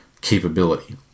capability